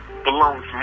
belongs